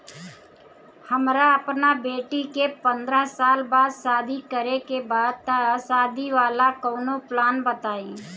हमरा अपना बेटी के पंद्रह साल बाद शादी करे के बा त शादी वाला कऊनो प्लान बताई?